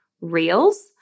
reels